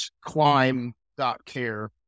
Climb.care